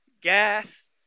gas